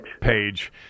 Page